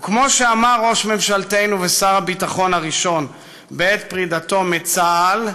וכמו שאמר ראש ממשלתנו ושר הביטחון הראשון בעת פרידתו מצה"ל,